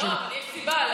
לא, אבל יש סיבה.